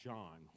John